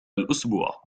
الأسبوع